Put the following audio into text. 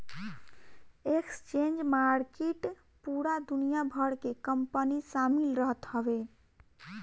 exchange market पूरा दुनिया भर के कंपनी शामिल रहत हवे